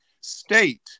state